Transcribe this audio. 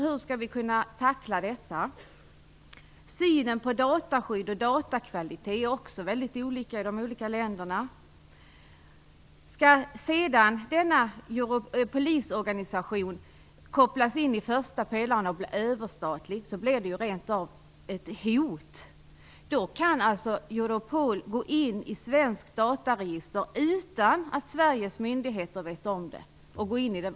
Hur skall vi kunna tackla detta? Synen på data och datakvalitet är också väldigt olika. Skall sedan denna polisorganisation ingå i första pelaren och bli överstatlig, så utgör det ju rent av ett hot. Då kan alltså Europol gå in i svenska dataregister och spaningsregister utan att Sveriges myndigheter vet om det.